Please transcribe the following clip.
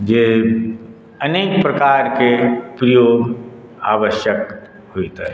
जे अनेक प्रकारके प्रयोग आवश्यक होयत अछि